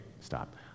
stop